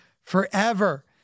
forever